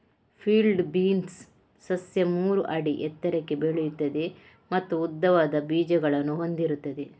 field beans ಸಸ್ಯ ಮೂರು ಅಡಿ ಎತ್ತರಕ್ಕೆ ಬೆಳೆಯುತ್ತದೆ ಮತ್ತು ಉದ್ದವಾದ ಬೀಜಗಳನ್ನು ಹೊಂದಿರುತ್ತದೆ